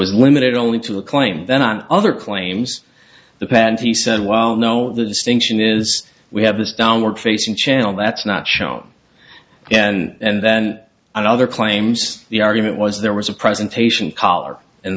was limited only to a claim then on the other claims the patent he said well no the distinction is we have this downward facing channel that's not shown and then another claims the argument was there was a presentation collar and